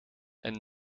and